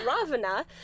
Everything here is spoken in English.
Ravana